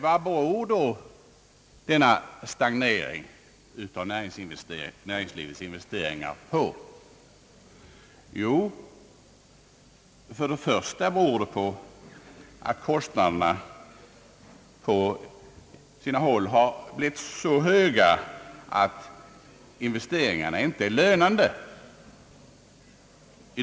Vad beror då denna stagnation på? Jo, för det första beror den på att kostnaderna på sina håll blivit så höga att investeringarna inte är lönande.